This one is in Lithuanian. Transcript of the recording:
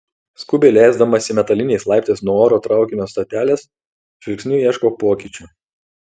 skubiai leisdamasi metaliniais laiptais nuo oro traukinio stotelės žvilgsniu ieškau pokyčių